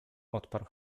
odparł